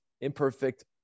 imperfect